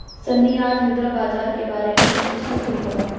सन्नी आज मुद्रा बाजार के बारे में कुछ पुस्तक खरीदा